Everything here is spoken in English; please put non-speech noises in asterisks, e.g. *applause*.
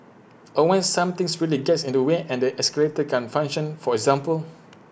or when something *unintelligible* really gets in the way and the escalator can't function for example